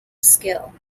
skill